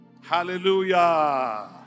Hallelujah